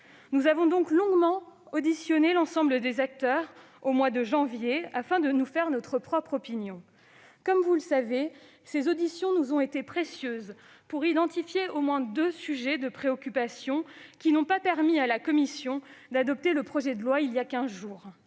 Nous avons donc longuement auditionné l'ensemble des acteurs au mois de janvier, afin de nous faire notre propre opinion. Comme vous le savez, ces auditions nous ont été précieuses pour identifier au moins deux sujets de préoccupation, qui n'ont pas permis à la commission d'adopter, voilà quinze jours,